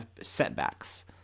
setbacks